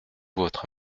votre